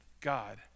God